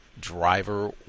driver